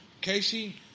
Casey